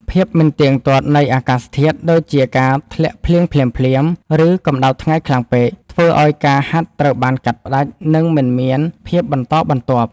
ភាពមិនទៀងទាត់នៃអាកាសធាតុ ដូចជាការធ្លាក់ភ្លៀងភ្លាមៗ ឬកម្ដៅថ្ងៃខ្លាំងពេក ធ្វើឱ្យការហាត់ត្រូវបានកាត់ផ្ដាច់ និងមិនមានភាពបន្តបន្ទាប់។